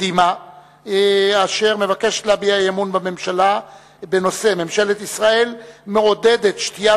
קדימה אשר מבקשת להביע אי-אמון בממשלה בנושא: עידוד שתיית